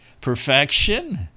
perfection